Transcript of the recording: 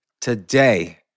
today